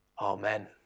Amen